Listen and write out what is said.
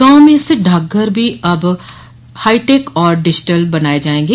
गांव में स्थित शाखा डाकघर भी अब हाईटेक और डिजिटल बनाये जायेंगे